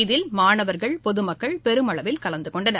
இதில் மாணவர்கள் பொதுமக்கள் பெருமளவில் கலந்துகொண்டனர்